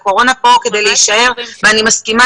הקורונה כאן כדי להישאר ואני לחלוטין מסכימה